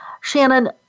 Shannon